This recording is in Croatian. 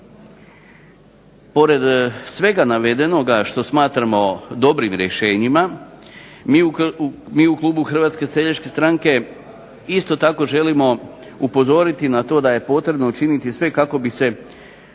Pored svega navedenoga što smatramo dobrim rješenjima mi u Klubu HSS-a isto tako želimo upozoriti na to kako je potrebno učiniti sve kako bi se